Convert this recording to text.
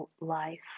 life